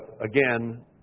again